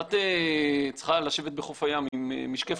כשאת צריכה לשבת בחוף הים עם משקפת,